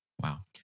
Wow